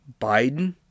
Biden